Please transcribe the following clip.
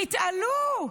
תתעלו.